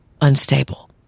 unstable